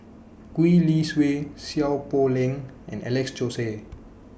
Gwee Li Sui Seow Poh Leng and Alex Josey